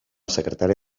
secretari